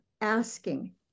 asking